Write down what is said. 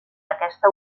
aquesta